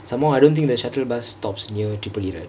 somemore I don't think the shuttle bus stops near triple E right